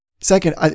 Second